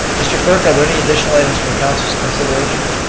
mr. clerk, are there any additional items for council's consideration?